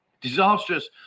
disastrous